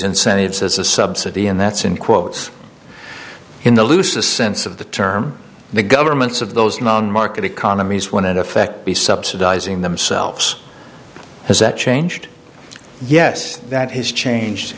incentives as a subsidy and that's in quotes in the loose the sense of the term the governments of those market economies when it affects be subsidizing themselves has that changed yes that has changed